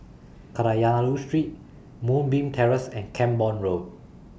Kadayanallur Street Moonbeam Terrace and Camborne Road